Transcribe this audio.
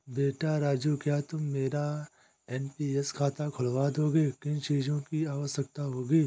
बेटा राजू क्या तुम मेरा एन.पी.एस खाता खुलवा दोगे, किन चीजों की आवश्यकता होगी?